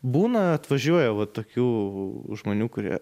būna atvažiuoja va tokių žmonių kurie